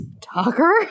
Talker